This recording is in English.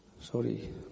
Sorry